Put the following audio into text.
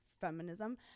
feminism